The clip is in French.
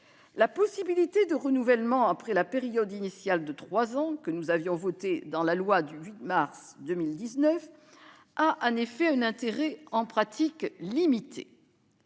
La possibilité de renouvellement après la période initiale de trois ans, que nous avons votée dans la loi du 8 mars 2019, présente en pratique un